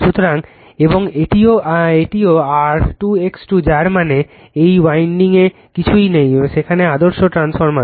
সুতরাং এবং এটিও R2 X2 যার মানে এই ওয়াইডিংএ কিছুই নেই সেখানে আদর্শ ট্রান্সফরমার